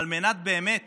על מנת באמת